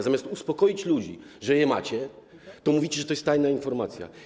Zamiast uspokoić ludzi, że je macie, to mówicie, że to jest tajna informacja.